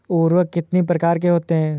उर्वरक कितनी प्रकार के होते हैं?